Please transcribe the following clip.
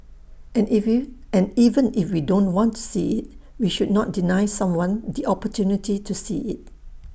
and and even if we don't want to see IT we should not deny someone the opportunity to see IT